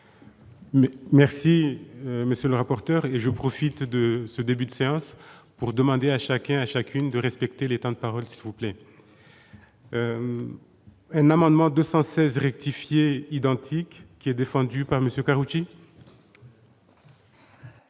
merci, monsieur le rapporteur, et je profite de ce début de séance pour demander à chacun à chacune de respecter les temps de parole, s'il vous plaît, un amendement 216 rectifier identique qui est défendu par monsieur Karoutchi.